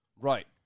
Right